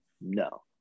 No